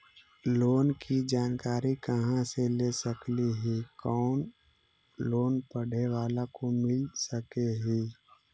Loan की जानकारी कहा से ले सकली ही, कोन लोन पढ़े बाला को मिल सके ही?